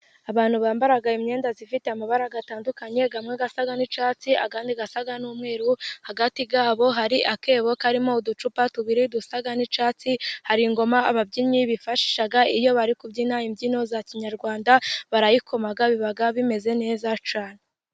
Abantu bambara imyenda zifite amabara atandukanye amwe asa n'icyatsi, andi asa n'umweru, hagati yabo hari akebo karimo uducupa tubiri dusa n'icyatsi, hari ingoma ababyinnyi bifashisha iyo bari kubyina imbyino za kinyarwanda, barayikoma biba bimeze neza cyane.